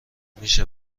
میشه